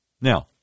Now